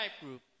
group